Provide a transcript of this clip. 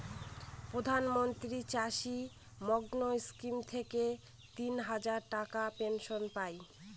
প্রধান মন্ত্রী চাষী মান্ধান স্কিম থেকে তিন হাজার টাকার পেনশন পাই